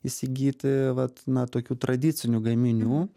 įsigyti vat na tokių tradicinių gaminių